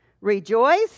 Rejoice